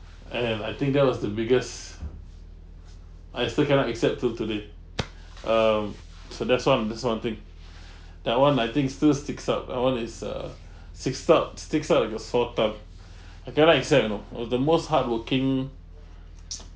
and I'm I think that was the biggest I still cannot accept till today um so that's one that's one thing that one I think still sticks out that one is err six out sticks out like a sore thumb I cannot accept you know uh the most hardworking